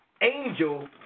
angel